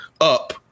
up